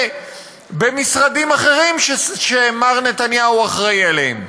במשרדים אחרים שמר נתניהו אחראי להם.